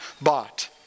bought